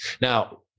Now